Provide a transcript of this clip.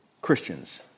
Christians